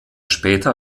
später